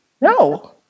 No